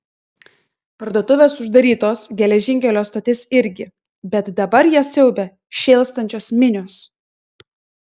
parduotuvės uždarytos geležinkelio stotis irgi bet dabar jas siaubia šėlstančios minios